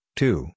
two